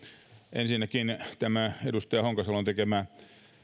ensinnäkin tämä edustaja honkasalon tekemä